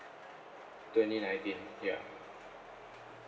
twenty nineteen ya